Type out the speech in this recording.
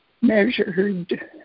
measured